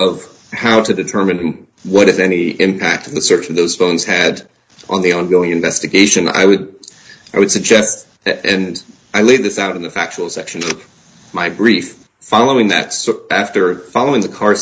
of how to determine what if any impact in the search of those phones had on the ongoing investigation i would i would suggest and i laid this out in the factual section of my brief following that after following the car